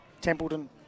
Templeton